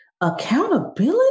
accountability